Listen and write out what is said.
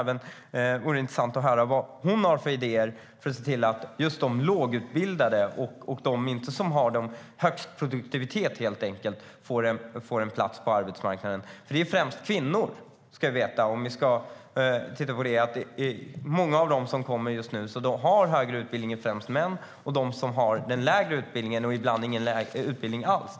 Det vore intressant att höra vad hon har för idéer för att lågutbildade och de med lägre produktivitet ska få en plats på arbetsmarknaden. Det handlar främst om kvinnor. Av dem som kommer nu är det mest män som har högre utbildning. Kvinnorna har låg utbildning eller ingen utbildning alls.